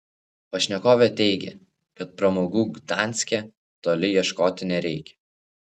pašnekovė teigė kad pramogų gdanske toli ieškoti nereikia